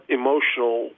emotional